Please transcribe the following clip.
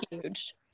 huge